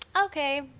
okay